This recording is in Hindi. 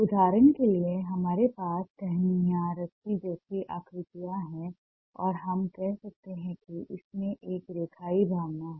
उदाहरण के लिए हमारे पास टहनियाँ रस्सी जैसी आकृतियाँ हैं और हम कह सकते हैं कि इसमें एक रेखीय भावना है